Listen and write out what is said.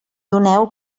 doneu